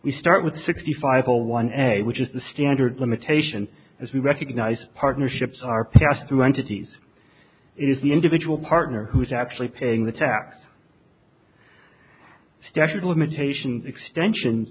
we start with sixty five zero one a which is the standard limitation as we recognize partnerships are passed through entities is the individual partner who is actually paying the tax statute of limitations extension